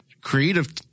creative